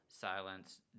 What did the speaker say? silence